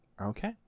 Okay